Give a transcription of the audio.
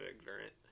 ignorant